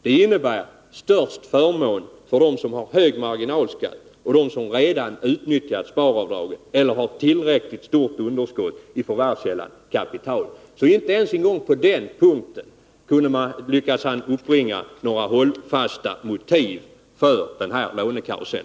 Det innebär störst förmån för dem som har hög marginalskatt och för dem som redan utnyttjar sparavdraget eller har tillräckligt stort underskott i förvärvskällan kapital. Inte ens på den punkten lyckades han alltså uppbringa några hållfasta motiv för lånekarusellen.